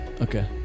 Okay